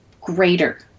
greater